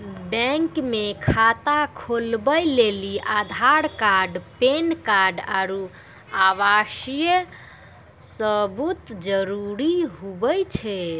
bank मे खाता खोलबै लेली आधार कार्ड पैन कार्ड आरू आवासीय सबूत जरुरी हुवै छै